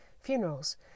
funerals